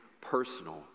personal